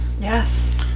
Yes